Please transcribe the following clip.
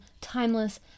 timeless